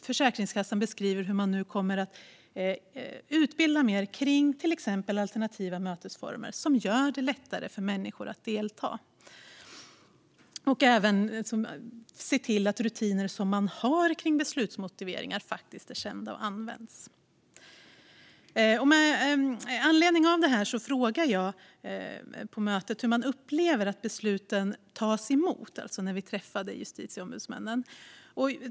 Försäkringskassan beskriver nu hur man kommer att utbilda mer när det gäller till exempel alternativa mötesformer som gör det lättare för människor att delta. Man ska även se till att beslutsrutiner som man har kring beslutsmotiveringar faktiskt är kända och används. Med anledning av det här frågade jag på hearingen då vi träffade justitieombudsmännen hur man upplever att besluten tas emot.